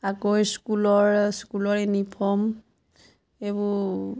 আকৌ স্কুলৰ স্কুলৰ ইউনিফৰ্ম এইবোৰ